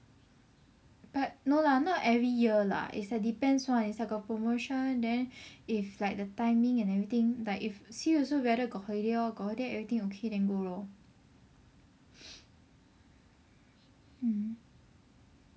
but no lah not every year lah it's like depends one it's like got promotion then if like the timing and everything like if see also if whether got holiday lor if got holiday everthing then go lor mmhmm